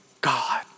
God